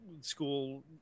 school